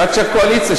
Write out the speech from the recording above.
ועד שהקואליציה,